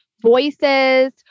voices